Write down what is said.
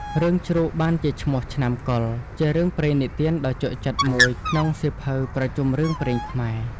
រឿងជ្រូកបានជាឈ្មោះឆ្នាំកុរ ជារឿងព្រេងនិទានដ៏ជក់ចិត្តមួយក្នុងសៀវភៅប្រជុំរឿងព្រេងខ្មែរ ។